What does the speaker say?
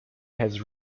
has